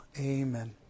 Amen